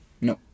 no